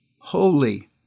holy